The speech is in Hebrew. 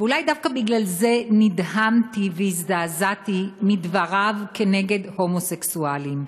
אולי דווקא בגלל זה נדהמתי והזדעזעתי מדבריו נגד הומוסקסואלים.